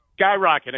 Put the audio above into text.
skyrocketing